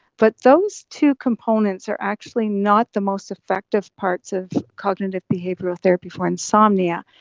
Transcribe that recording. but those two components are actually not the most effective parts of cognitive behavioural therapy for insomnia.